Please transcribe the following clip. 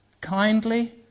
Kindly